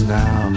now